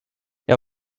jag